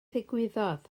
ddigwyddodd